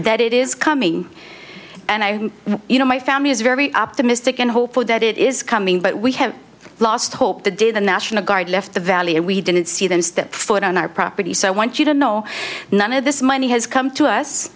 that it is coming and i you know my family is very optimistic and hopeful that it is coming but we have lost hope to do the national guard left the valley and we didn't see them step foot on our property so i want you to know none of this money has come to us